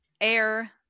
air